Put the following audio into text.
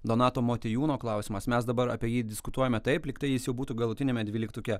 donato motiejūno klausimas mes dabar apie jį diskutuojame taip lygtai jis jau būtų galutiniame dvyliktuke